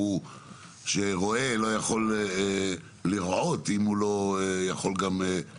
ברור שרועה לא יכול לרעות אם הוא לא יכול גם להתגורר